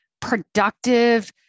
productive